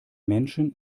menschen